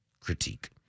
critique